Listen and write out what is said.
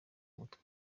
mutwe